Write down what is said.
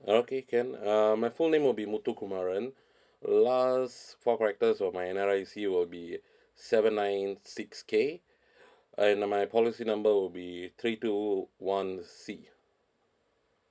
okay can uh my full name will be motoh kumaran last four characters of my N_R_I_C will be seven nine six K and uh my policy number will be three two one C